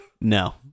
No